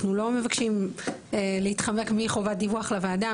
אנחנו לא מבקשים להתחמק מחובת דיווח לוועדה,